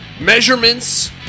Measurements